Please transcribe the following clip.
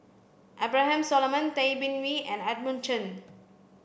Abraham Solomon Tay Bin Wee and Edmund Chen